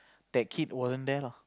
that kid wasn't there lah